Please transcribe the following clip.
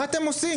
מה אתם עושים?